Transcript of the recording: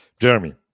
jeremy